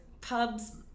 pubs